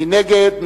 מי נגד?